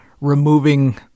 removing